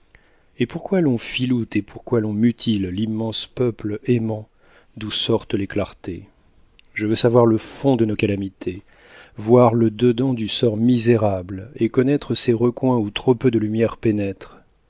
et pourquoi l'on filoute et pourquoi l'on mutile l'immense peuple aimant d'où sortent les clartés je veux savoir le fond de nos calamités voir le dedans du sort misérable et connaître ces recoins où trop peu de lumière pénètre